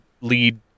lead